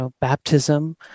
baptism